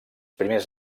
primers